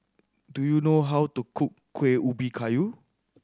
do you know how to cook Kueh Ubi Kayu